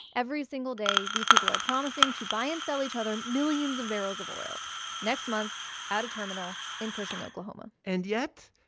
every single day, these people are promising to buy and sell each other millions of barrels of oil next month at a terminal in cushing, okla um ah and yet,